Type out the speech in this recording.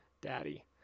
Daddy